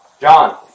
John